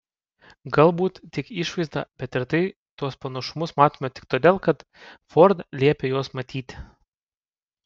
galbūt tik išvaizdą bet ir tai tuos panašumus matome tik todėl kad ford liepė juos matyti